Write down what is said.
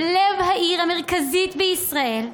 בלב העיר המרכזית בישראל,